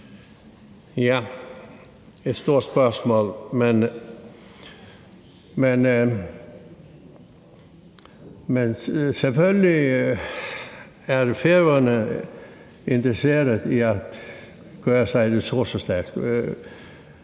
er et stort spørgsmål, men selvfølgelig er Færøerne interesseret i at gøre sig ressourcestærkt.